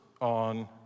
on